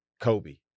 Kobe